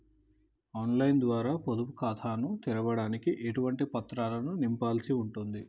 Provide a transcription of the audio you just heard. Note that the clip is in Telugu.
ఆన్ లైన్ ద్వారా పొదుపు ఖాతాను తెరవడానికి ఎటువంటి పత్రాలను నింపాల్సి ఉంటది?